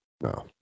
No